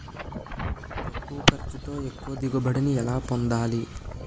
తక్కువ ఖర్చుతో ఎక్కువ దిగుబడి ని ఎలా పొందాలీ?